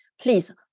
Please